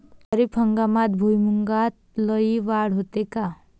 खरीप हंगामात भुईमूगात लई वाढ होते का?